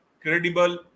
credible